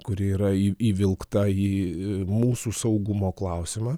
kuri yra į įvilkta į mūsų saugumo klausimą